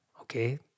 okay